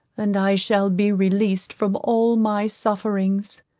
and i shall be released from all my sufferings.